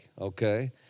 okay